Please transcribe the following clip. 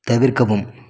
தவிர்க்கவும்